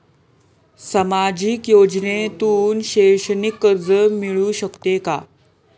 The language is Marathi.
सामाजिक योजनेतून शैक्षणिक कर्ज मिळू शकते का?